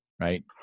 right